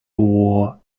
war